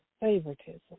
favoritism